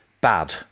bad